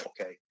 Okay